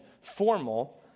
formal